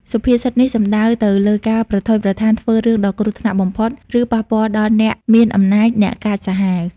សុភាសិតនេះសំដៅទៅលើការប្រថុយប្រថានធ្វើរឿងដ៏គ្រោះថ្នាក់បំផុត ឬប៉ះពាល់ដល់អ្នកមានអំណាច អ្នកកាចសាហាវ។